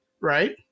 Right